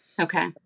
Okay